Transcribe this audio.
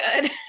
good